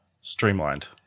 streamlined